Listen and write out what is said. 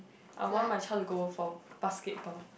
I want my child to go for basketball